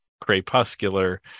crepuscular